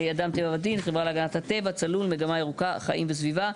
אדם טבע ודין; החברה להגנת הטבע ; צלול ; מגמה ירוקה ; חיים וסביבה".